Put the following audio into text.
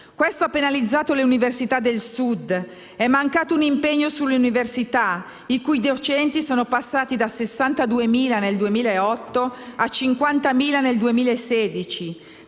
Questo ha penalizzato le università del Sud. È mancato un impegno sulle università, i cui docenti sono passati da 62.000 nel 2008 a 50.000 nel 2016,